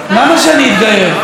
למה שאני אתגייר?